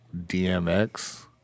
DMX